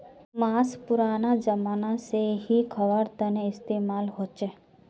माँस पुरना ज़माना से ही ख्वार तने इस्तेमाल होचे